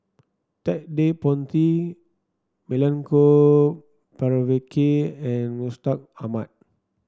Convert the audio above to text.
Ted De Ponti Milenko Prvacki and Mustaq Ahmad